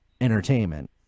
entertainment